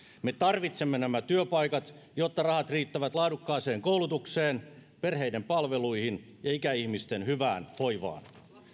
me tarvitsemme nämä työpaikat jotta rahat riittävät laadukkaaseen koulutukseen perheiden palveluihin ja ikäihmisten hyvään hoivaan